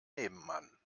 nebenmann